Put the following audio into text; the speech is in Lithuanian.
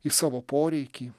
į savo poreikį